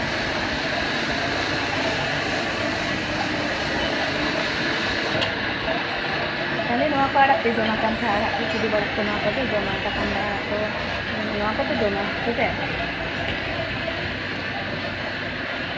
ᱛᱟᱦᱚᱞᱮ ᱱᱚᱣᱟ ᱠᱚ ᱟᱲᱟᱜ ᱯᱮ ᱡᱚᱢᱟ ᱠᱟᱱᱛᱷᱟ ᱟᱲᱟᱜ ᱠᱤᱫᱩᱵ ᱟᱲᱟᱜ ᱠᱚ ᱱᱚᱣᱟ ᱠᱚᱯᱮ ᱡᱚᱢᱟ ᱪᱟᱠᱟᱱᱰᱟ ᱟᱲᱟᱜ ᱠᱚ ᱱᱚᱣᱟ ᱠᱚᱯᱮ ᱡᱚᱢᱟ ᱥᱮ ᱪᱮᱫ